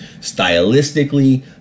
stylistically